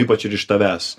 ypač ir iš tavęs